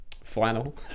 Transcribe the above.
flannel